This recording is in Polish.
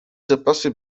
zapasy